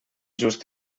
just